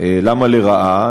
למה לרעה?